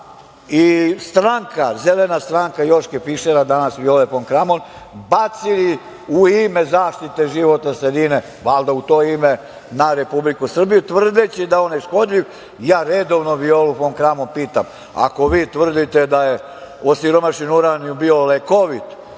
pakt i zelena stranka Joške Fišera, danas Vijole Fon Kramon, bacili u ime zaštite životne sredine, valjda u to ime na Republiku Srbiju, tvrdeći da je on ne škodljiv. Ja, redovno Violu fon Kramon pitam - ako vi tvrdite da je osiromašeni uranijum bio lekovit,